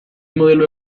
modelo